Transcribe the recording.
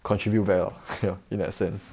contribute back ah ya in that sense